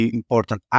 important